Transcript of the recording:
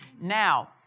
Now